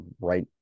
right